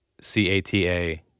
C-A-T-A